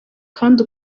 kandi